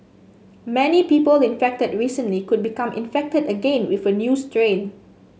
many people infected recently could become infected again with a new strain